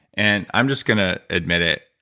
and i'm just going to admit it,